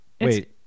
Wait